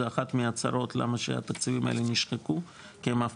זו אחת מהצרות כיוון שהתקציבים האלה נשחקו כי הם אף